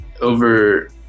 over